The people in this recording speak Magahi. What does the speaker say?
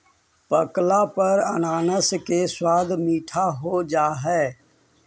पकला पर अनानास के स्वाद मीठा हो जा हई